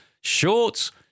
shorts